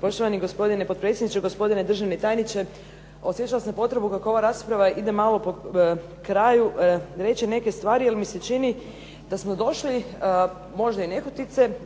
poštovani gospodine potpredsjedniče, gospodine državni tajniče. Osjećala sam potrebu kako ova rasprava ide malo kraju, reći neke stvari jer mi se čini da smo došli